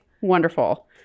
wonderful